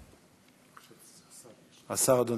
השר, אדוני.